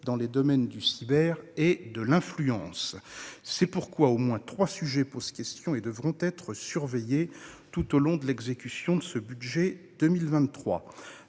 dans les domaines du cyber et de l'influence. C'est pourquoi au moins trois sujets posent question et devront être surveillés tout au long de l'exécution de ce budget pour